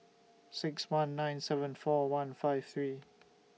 six one nine seven four one five three